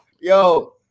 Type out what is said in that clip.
Yo